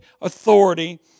authority